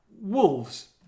Wolves